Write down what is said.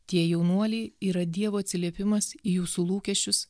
tie jaunuoliai yra dievo atsiliepimas į jūsų lūkesčius